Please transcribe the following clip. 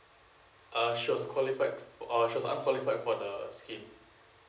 uh she was qualified for uh she was unqualified for the scheme